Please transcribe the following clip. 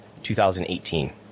2018